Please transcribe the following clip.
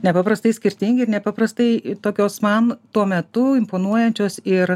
nepaprastai skirtingi ir nepaprastai tokios man tuo metu imponuojančios ir